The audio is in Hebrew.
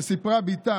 שסיפרה בתה